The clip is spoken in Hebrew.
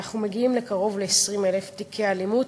אנחנו מגיעים לקרוב ל-20,000 תיקי אלימות,